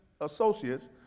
associates